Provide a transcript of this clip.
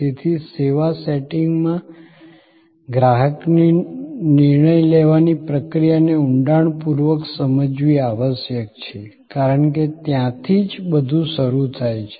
તેથી સેવા સેટિંગમાં ગ્રાહકની નિર્ણય લેવાની પ્રક્રિયાને ઊંડાણપૂર્વક સમજવી આવશ્યક છે કારણ કે ત્યાંથી જ બધું શરૂ થાય છે